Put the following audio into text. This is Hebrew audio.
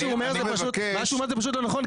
מה שהוא אומר זה פשוט לא נכון,